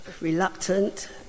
reluctant